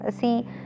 see